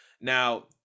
Now